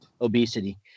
obesity